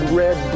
red